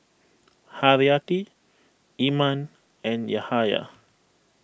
Haryati Iman and Yahaya